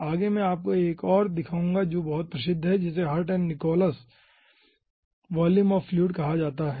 आगे मैं आपको एक और दिखाऊंगा जो बहुत प्रसिद्ध है जिसे Hirt and Nichols volume of fluid कहा जाता है